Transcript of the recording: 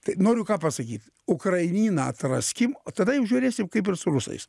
tai noriu pasakyt ukrainą atraskim o tada jau žiūrėsim kaip ir su rusais